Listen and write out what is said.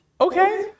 Okay